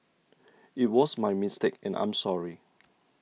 it was my mistake and I'm sorry